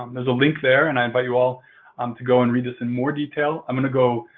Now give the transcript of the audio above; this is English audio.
um there's a link there, and i invite you all um to go and read this in more detail. i'm gonna go